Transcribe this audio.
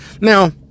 now